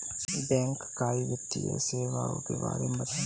बैंककारी वित्तीय सेवाओं के बारे में बताएँ?